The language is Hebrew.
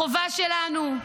החובה שלנו,